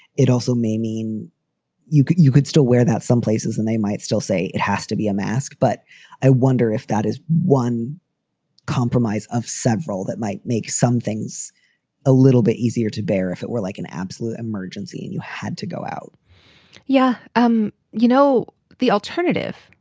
it also may mean you you could still wear that some places and they might still say it has to be a mask. but i wonder if that is one compromise of several that might make some things a little bit easier to bear if it were like an absolute emergency and you had to go out yeah. um you know, the alternative,